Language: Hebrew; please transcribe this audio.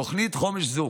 תוכנית חומש זו